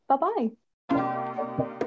bye-bye